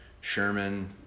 Sherman